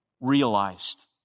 realized